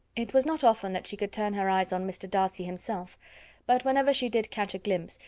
it was not often that she could turn her eyes on mr. darcy himself but, whenever she did catch a glimpse,